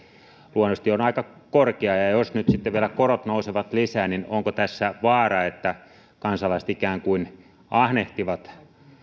luonnollisesti on aika korkea jos nyt sitten vielä korot nousevat lisää onko tässä vaara että kansalaiset ikään kuin ahnehtivat